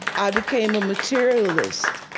i became a materialist.